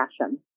passion